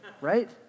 right